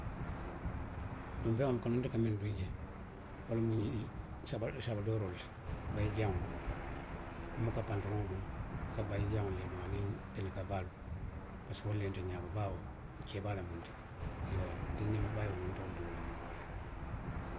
Dunfeŋolu kono nte ka miŋ duŋ je. wo le mu ňiŋ saba, sabadooroolu ti, bayi jaŋolu. Nbuka pantaloŋo duŋ. nka bayi jaŋolu le duŋ aniŋ dendika baalu. Parisiko wolu le ye nte ňaaboo baawo keebaa lemu nti. Iyoo dindiŋ bayoolu nte wolu duŋ noo la.